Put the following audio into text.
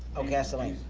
oh, gasoline,